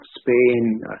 Spain